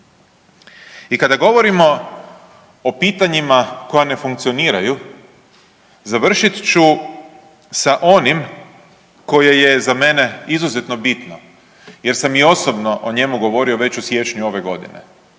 I kada govorimo o pitanjima koja ne funkcioniraju završit ću sa onim koje je za mene izuzetno bitno jer sam i osobno o njemu govorio već u siječnju ove godine,